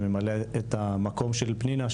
שממלאת את המקום של פנינה,